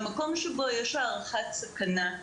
במקום שבו יש הערכת סכנה,